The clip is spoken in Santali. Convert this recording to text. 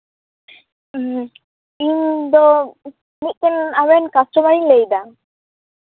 ᱦᱮᱸ ᱤᱧ ᱫᱚ ᱢᱤᱫᱴᱮᱱ ᱟᱵᱮᱱ ᱨᱮᱱ ᱠᱟᱥᱴᱚᱢᱟᱨᱤᱧ ᱞᱟᱹᱭᱫᱟ